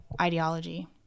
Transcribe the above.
ideology